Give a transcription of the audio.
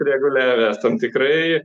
reguliavę estam tikrai